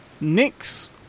Nix